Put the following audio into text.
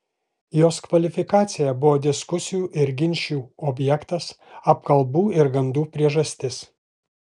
jos kvalifikacija buvo diskusijų ir ginčų objektas apkalbų ir gandų priežastis